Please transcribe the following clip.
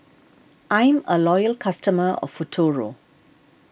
I'm a loyal customer of Futuro